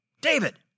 David